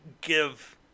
give